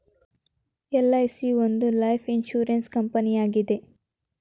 LIC ಒಂದು life insurance ಕಂಪನಿಯಾಗಿದೆ